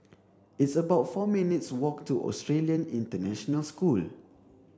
it's about four minutes walk to Australian International School